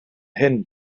hyn